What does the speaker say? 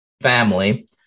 family